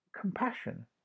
Compassion